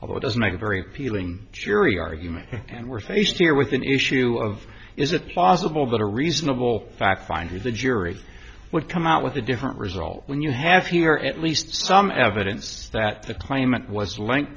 although it does make a very appealing jury argument and we're faced here with an issue of is it possible that a reasonable fact finder the jury would come out with a different result when you have here at least some evidence that the claimant was l